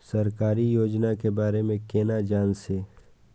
सरकारी योजना के बारे में केना जान से?